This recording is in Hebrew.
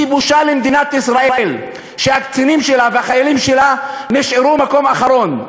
כי בושה למדינת ישראל שהקצינים שלה והחיילים שלה נשארו במקום אחרון.